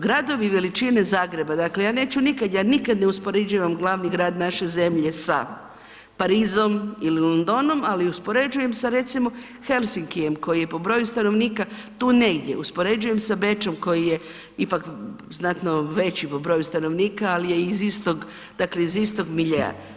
Gradovi veličine Zagreba, dakle ja neću nikad, ja nikad ne uspoređivam glavi grad naše zemlje sa Parizom ili Londonom ali uspoređujem sa recimo sa Helsinkijem koji je po broju stanovnika tu negdje uspoređujem sa Bečom koji je ipak znatno veći po broju stanovnika ali je iz istog miljea.